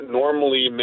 normally